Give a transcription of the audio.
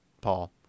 Paul